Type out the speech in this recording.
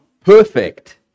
perfect